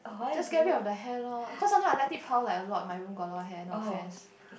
just get rid of the hair loh cause sometimes I let it pile like a lot in my room got a lot of hair no offense